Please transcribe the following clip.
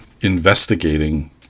investigating